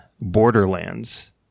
borderlands